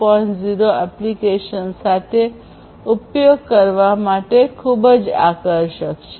0 applications સાથે ઉપયોગ કરવા માટે ખૂબ જ આકર્ષક છે